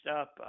up